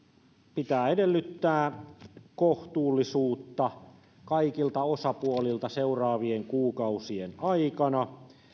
pitää edellyttää kohtuullisuutta kaikilta osapuolilta seuraavien kuukausien aikana